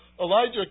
Elijah